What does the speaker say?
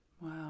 Wow